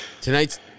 Tonight's